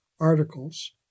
articles